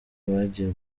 bagiye